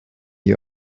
you